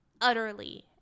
utterly